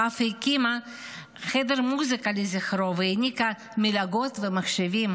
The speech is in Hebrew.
הקימה חדר מוזיקה לזכרו והעניקה מלגות ומחשבים.